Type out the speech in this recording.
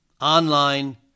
online